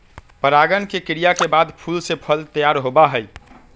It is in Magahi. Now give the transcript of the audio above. परागण के क्रिया के बाद फूल से फल तैयार होबा हई